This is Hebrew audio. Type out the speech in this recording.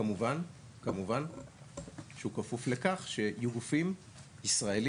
כמובן שהוא כפוף לכך שיהיו גופים ישראלים